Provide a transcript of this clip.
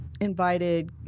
invited